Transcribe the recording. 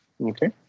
Okay